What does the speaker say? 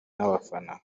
n’abafana